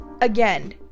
again